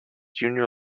junior